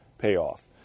Payoff